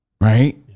right